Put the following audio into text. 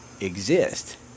exist